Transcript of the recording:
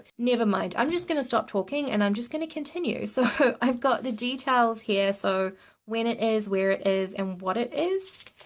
nevermind, i'm just going to stop talking! and i'm just going to continue! so, i've got the details here. so when it is, where it is, and what it is.